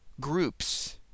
groups